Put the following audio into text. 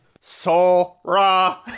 Sora